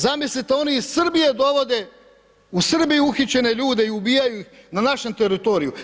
Zamislite, oni iz Srbije dovode, u Srbiji uhićene ljude i ubijaju ih na našem teritoriju.